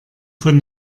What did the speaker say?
von